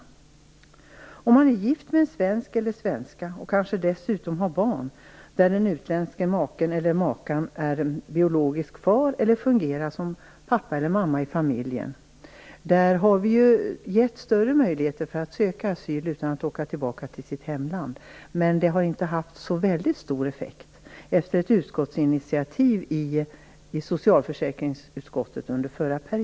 För den som är gift med en svensk och kanske dessutom har gemensamma barn har vi, efter ett utskottsinitiativ i socialförsäkringsutskottet under förra perioden, gett större möjligheter att söka asyl utan krav på återvändande till hemlandet. Men det har inte haft så väldigt stor effekt. Det är alltså humanitära skäl som gäller också här.